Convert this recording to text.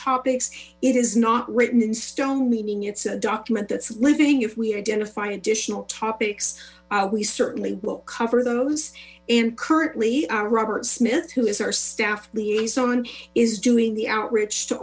topics it is not written in stone meaning it's a document that's living if we identify additional topics we certainly will cover those and currently robert smith who is our staff liaison is doing the outreach to